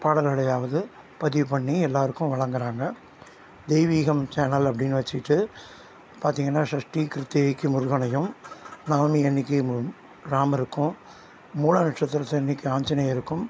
பாடல்களையாவது பதிவு பண்ணி எல்லோருக்கும் வழங்குறாங்க தெய்வீகம் சேனல் அப்படின்னு வெச்சுக்கிட்டு பார்த்தீங்கன்னா சஷ்ட்டி கிருத்திகைக்கு முருகனையும் நவமி அன்னைக்கு ராமருக்கும் மூல நட்சத்திரத்து அன்னைக்கு ஆஞ்சநேயருக்கும்